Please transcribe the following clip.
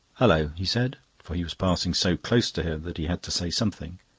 hullo! he said, for he was passing so close to her that he had to say something.